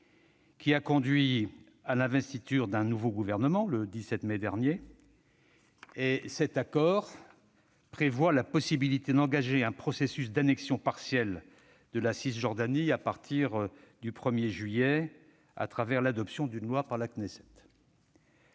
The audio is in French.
qui a conduit à l'investiture du nouveau gouvernement israélien le 17 mai dernier. Cet accord prévoit la possibilité d'engager un processus d'annexion partielle de la Cisjordanie à partir du 1 juillet 2020, à travers l'adoption d'une loi par la Knesset.